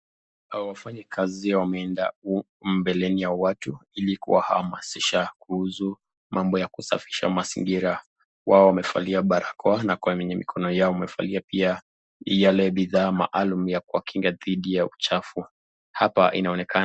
Wafanyikazi wameenda mbele ya watu iki kuwahamasisha kuhusu usafi wa mazingira, wao wamevalia barakoa na kwenye mikono yao pia wamevalia ile bidhaa maakum ya kuwakinga dhidi ya uchafu.